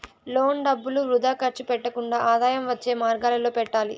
loan డబ్బులు వృథా ఖర్చు పెట్టకుండా ఆదాయం వచ్చే మార్గాలలో పెట్టాలి